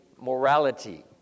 morality